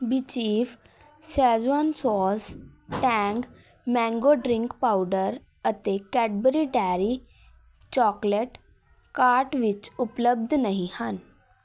ਬਿਚੀਫ਼ Schezwan sauce Tang mango drink powder ਅਤੇ Cadbury dairy chocolate cart ਵਿੱਚ ਉਪਲਬਧ ਨਹੀਂ ਹਨ